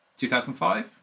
2005